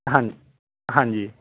ਹਾਂਜੀ ਹਾਂਜੀ